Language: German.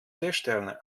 seesterne